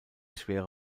schwere